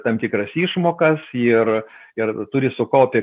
tam tikras išmokas ir ir turi sukaupę